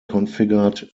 configured